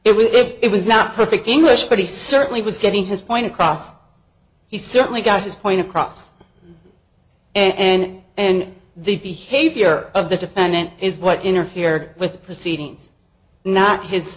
will it was not perfect english but he certainly was getting his point across he certainly got his point across and and the behavior of the defendant is what interfered with the proceedings not his